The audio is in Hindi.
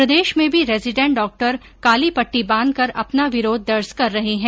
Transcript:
प्रदेश में भी रेजीडेंट डॉक्टर काली पट्टी बांधकर अपना विरोध दर्ज कर रहे है